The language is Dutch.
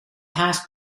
haast